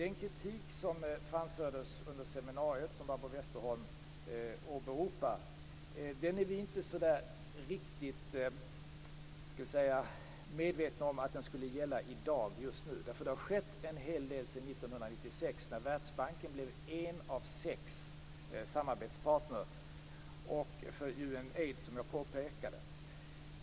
Vi är inte riktigt medvetna om att den kritik som framfördes under det seminarium som Barbro Westerholm åberopar skulle gälla i dag. Det har skett en hel del sedan 1996, då Världsbanken såsom jag påpekade blev en av sex samarbetspartner för Unaids.